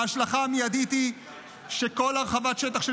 ההשלכה המיידית היא שכל הרחבת שטח של